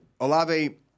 Olave